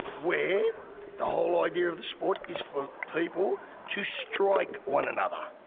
where the whole idea of the sport is for people to strike one another.